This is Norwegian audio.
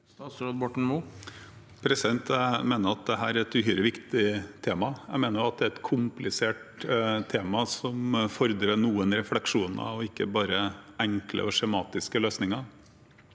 Statsråd Ola Borten Moe Jeg mener det- te er et uhyre viktig tema. Jeg mener også at det er et komplisert tema som fordrer noen refleksjoner, og ikke bare enkle og skjematiske løsninger.